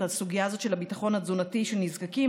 הסוגיה של הביטחון התזונתי של נזקקים,